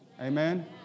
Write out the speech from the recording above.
Amen